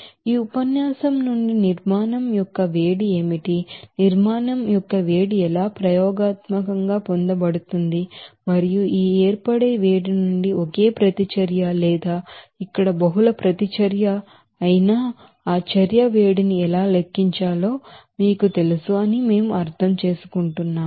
ఈ ఉపన్యాసం నుండి హీట్ అఫ్ ఫార్మషన్ ఏమిటి హీట్ అఫ్ ఫార్మషన్ ఎలా ప్రయోగాత్మకంగా పొందబడుతుంది మరియు ఈ ఏర్పడే వేడి నుండి ఒకే ప్రతిచర్య లేదా ఇక్కడ బహుళ ప్రతిచర్య అయినా ఆ చర్య వేడిని ఎలా లెక్కించాలో మీకు తెలుసు అని మేము అర్థం చేసుకున్నాము